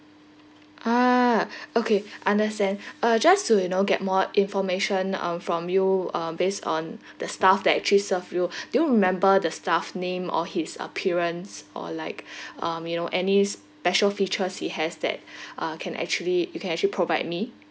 ah okay understand uh just to you know get more information um from you um based on the staff that actually served you do remember the staff name or his appearance or like um you know any special features he has that uh can actually you can actually provide me